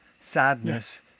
sadness